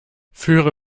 führe